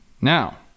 Now